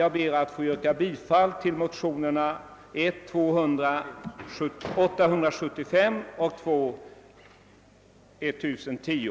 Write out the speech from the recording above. Jag ber att få yrka bifall till motionerna I: 875 och II: 1010.